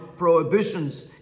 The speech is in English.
Prohibitions